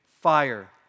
fire